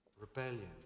rebellion